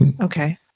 Okay